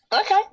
Okay